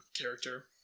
character